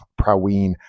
Praween